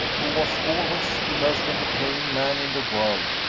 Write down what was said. who was always the most entertaining man in the world,